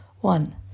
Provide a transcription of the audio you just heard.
One